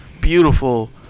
beautiful